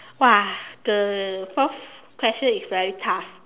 !wah! the fourth question is very tough